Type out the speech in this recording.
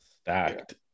Stacked